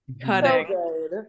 cutting